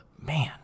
man